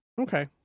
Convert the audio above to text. Okay